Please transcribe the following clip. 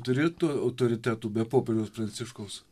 turi tu autoritetų be popiežiaus pranciškaus